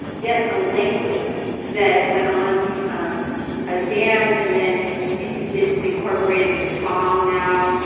yes, a language that went on to become a dance. and then it's incorporated with song now.